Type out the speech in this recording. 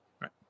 Right